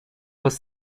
was